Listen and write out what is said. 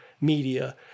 media